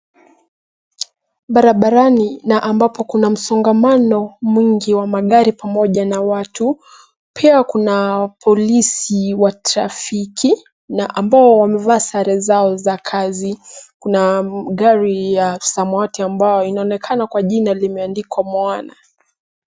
Barabarani na ambapo kuna msongamano mwingi wa magari pamoja na watu. Pia kuna polisi wa trafiki na ambao wamevaa sare zao za kazi. Kuna gari ya samawati ambao inaonekana kwa jina limeandikwa moana.